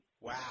Wow